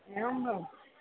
एवं वा